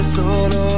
solo